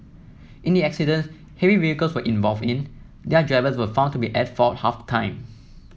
in the accidents heavy vehicles were involved in their drivers were found to be at fault half the time